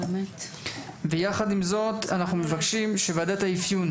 עם זאת, אנחנו מבקשים שוועדת האפיון